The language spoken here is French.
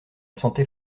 santé